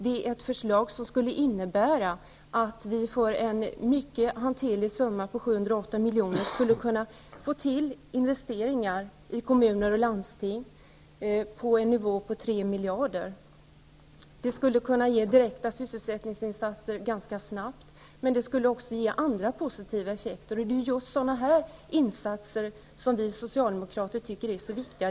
Det är ett förslag som skulle innebära att vi för en mycket hanterlig summa på 708 milj.kr. skulle kunna få till stånd investeringar i kommuner och landsting på en nivå om 3 miljarder kronor. Det skulle kunna ge direkta sysselsättningsinsatser ganska snabbt, men också andra positiva effekter. Och det är just sådana här insatser som vi socialdemokrater tycker är så viktiga.